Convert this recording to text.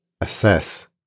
assess